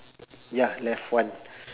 ya left one